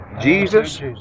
Jesus